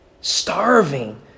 starving